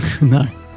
no